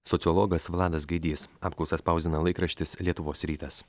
sociologas vladas gaidys apklausą spausdina laikraštis lietuvos rytas